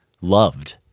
loved